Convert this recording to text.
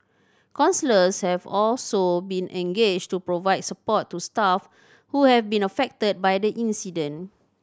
counsellors have also been engaged to provide support to staff who have been affected by the incident